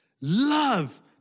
Love